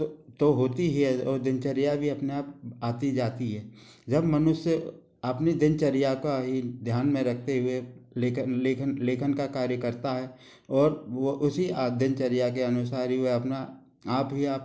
तो तो होती ही है और दिनचर्या भी अपने आप आती जाती है जब मनुष्य आपनी दिनचर्या का ही ध्यान में रखते हुए लेखन लेखन का कार्य करता है और वो उसी आ दिनचर्या के अनुसार ही वे अपना आप ही आप